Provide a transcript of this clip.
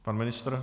Pan ministr?